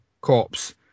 cops